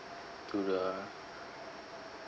to the